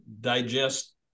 digest